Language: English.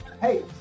Hey